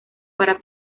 para